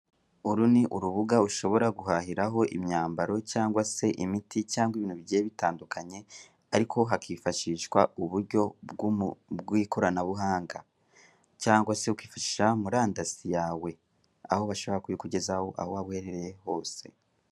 Uru ni urubuga ushobora guhahiraho imyambaro cyangwa imiti cyangwa ibintu bigiye bitandukanye, ariko hakifashishwa uburyo bw'umu bw'ikoranabuhanga cyangwase ukifashisha murandasi yawe, aho bashobora kubikugezaho aho waba uherereye hose.